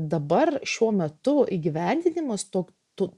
dabar šiuo metu įgyvendinimas to to